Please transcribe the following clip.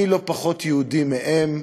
אני לא פחות יהודי מהם,